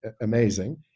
amazing